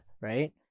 right